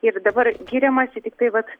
ir dabar giriamasi tiktai vat